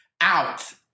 out